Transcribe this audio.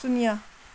शून्य